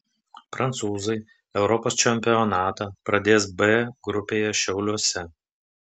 prancūzai europos čempionatą pradės b grupėje šiauliuose